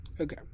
Okay